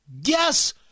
Yes